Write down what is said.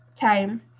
time